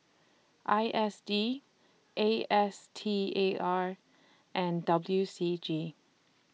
I S D A S T A R and W C G